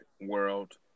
world